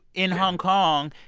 in hong kong,